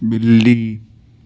بلی